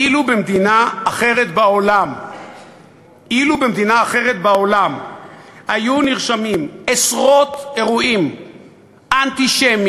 אילו במדינה אחרת בעולם היו נרשמים עשרות אירועים אנטישמיים,